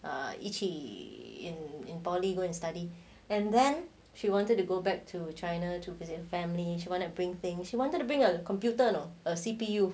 err itchy in poly go and study and then she wanted to go back to china to visit family if you to bring things you wanted to bring a computer you know a C_P_U